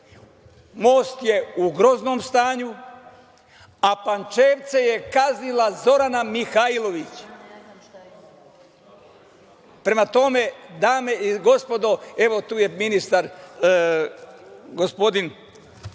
most je u groznom stanju, a Pančevce je kaznila Zorana Mihajlović. Prema tome, dame i gospodo, evo tu je ministar, gospodin